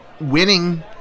Winning